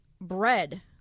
bread